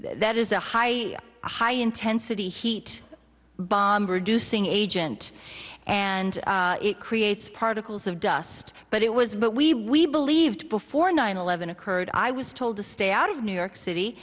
that is a high high intensity heat bomber do sing agent and it creates particles of dust but it was but we we believed before nine eleven occurred i was told to stay out of new york city